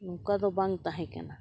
ᱱᱚᱝᱠᱟ ᱫᱚ ᱵᱟᱝ ᱛᱟᱦᱮᱸ ᱠᱟᱱᱟ